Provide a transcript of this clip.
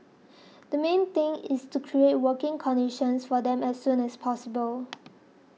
the main thing is to create working conditions for them as soon as possible